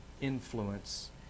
influence